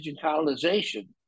colonization